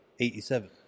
87